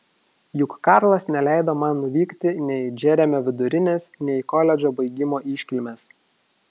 juk karlas neleido man nuvykti nei į džeremio vidurinės nei į koledžo baigimo iškilmes